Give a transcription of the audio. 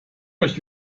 euch